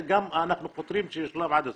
ואנחנו חותרים שזה יושלם עד הסוף.